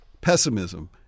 pessimism